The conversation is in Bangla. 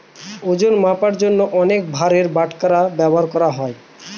ওজন মাপার জন্য অনেক ভারের বাটখারা ব্যবহার করা হয়